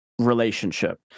relationship